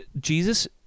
Jesus